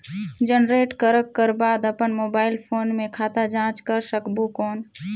Generate करक कर बाद अपन मोबाइल फोन मे खाता जांच कर सकबो कौन?